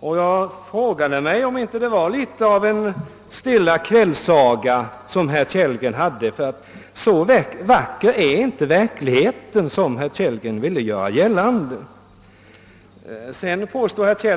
men frågade mig om det inte var litet av en stilla kvällssaga som han berättade. Ty så vacker som herr Kellgren ville göra gällande är inte verkligheten.